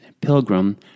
pilgrim